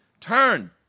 Turn